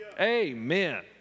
Amen